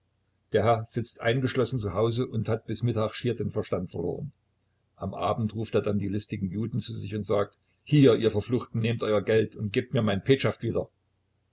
der herr sitzt eingeschlossen zu hause und hat bis mittag schier den verstand verloren am abend ruft er dann die listigen juden zu sich und sagt hier ihr verfluchten nehmt euer geld und gebt mir nur mein petschaft wieder